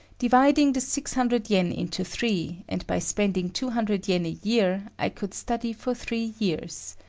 dividing the six hundred yen into three, and by spending two hundred yen a year, i could study for three years.